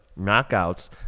knockouts